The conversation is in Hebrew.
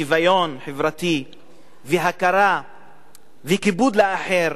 שוויון חברתי והכרה וכיבוד האחר,